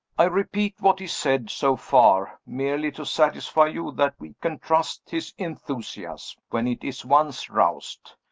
i repeat what he said, so far, merely to satisfy you that we can trust his enthusiasm, when it is once roused.